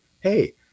hey